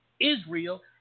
Israel